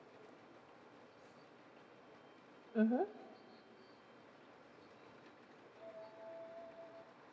mmhmm